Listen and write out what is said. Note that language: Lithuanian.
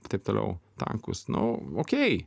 ir taip toliau tankus nu okei